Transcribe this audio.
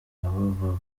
abo